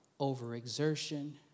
overexertion